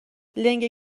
لنگه